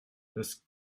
das